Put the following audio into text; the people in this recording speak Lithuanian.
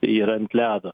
yra ant ledo